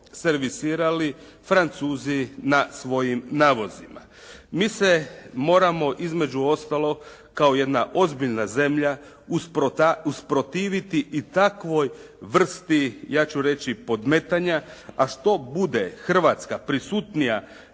servisirali Francuzi na svojim navozima. Mi se moramo između ostalog kao jedna ozbiljna zemlja usprotiviti i takvoj vrsti ja ću reći podmetanja, a što bude Hrvatska prisutnija